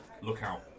lookout